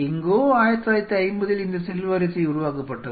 எங்கோ 1950 இல் இந்த செல் வரிசை உருவாக்கப்பட்டது